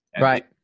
Right